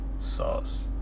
sauce